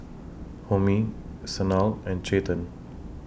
Homi Sanal and Chetan